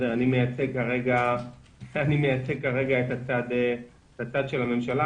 אני מייצג כרגע את הצד של הממשלה,